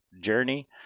journey